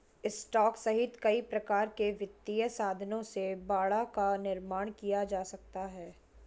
stock सहित कई प्रकार के वित्तीय साधनों से बाड़ा का निर्माण किया जा सकता है